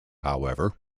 however